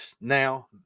now